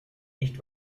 nicht